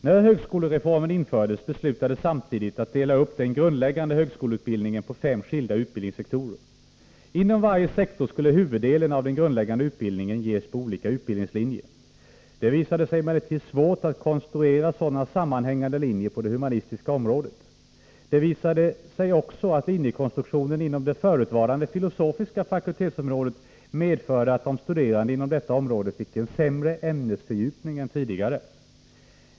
När högskolereformen infördes beslutades samtidigt att dela upp den grundläggande högskoleutbildningen på fem skilda utbildningssektorer. Inom varje sektor skulle huvuddelen av den grundläggande utbildningen ges på olika utbildningslinjer. Det visade sig emellertid vara svårt att konstruera sådana sammanhängande linjer på det humanistiska området. Det visade sig också att linjekonstruktionerna inom det förutvarande filosofiska fakultetsområdet medförde att de studerande inom detta område fick en sämre ämnesfördjupning än tidigare.